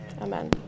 Amen